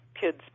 kids